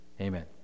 Amen